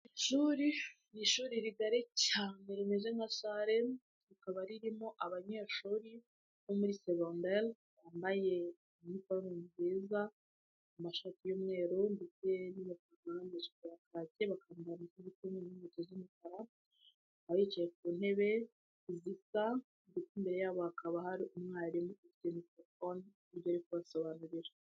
Ishuri, ni ishuri rigari cyane rimeze nka salle, rikaba ririmo abanyeshuri bo muri segondere bambaye iniforume nziza, amashati y'umweru ndetse ipantalo n'amajipo ya kacye, bakambara amasaha ku kuboko n'inkweto z'umukara, bakaba bicaye ku ntebe zisa, imbere yabo hakaba hari umwarimu ufite mikorofone imbere uri kubasobanurira.